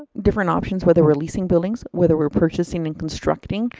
ah different options whether we're leasing buildings, whether we're purchasing and constructing,